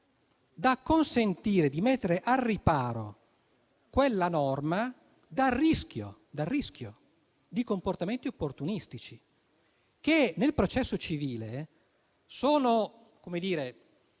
per consentire di mettere al riparo quella norma dal rischio di comportamenti opportunistici, che nel processo civile sono ben